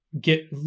get